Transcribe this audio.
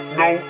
no